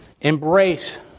embrace